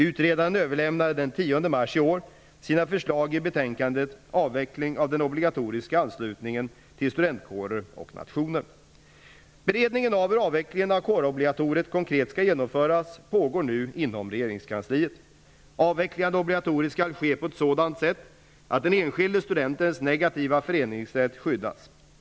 Utredaren överlämnade den 10 mars Beredningen av hur avvecklingen av kårobligatoriet konkret skall genomföras pågår nu inom regeringskansliet. Avvecklingen av obligatoriet skall ske på ett sådant sätt att den enskilde studentens negativa föreningsrätt skyddas.